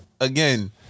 Again